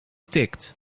tikt